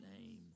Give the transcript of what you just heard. name